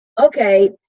okay